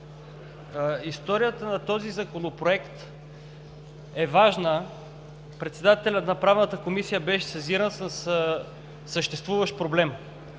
Историята на този Законопроект е важна. Председателят на правната комисия беше сезиран със съществуващ проблем